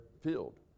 field